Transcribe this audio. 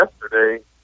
yesterday